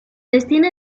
destina